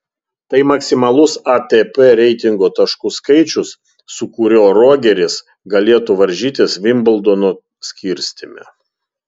tai maksimalus atp reitingo taškų skaičius su kuriuo rogeris galėtų varžytis vimbldono skirstyme